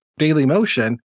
Dailymotion